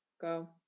go